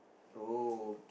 oh